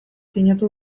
sinatu